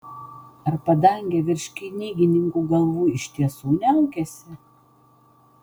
ar padangė virš knygininkų galvų iš tiesų niaukiasi